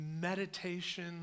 meditation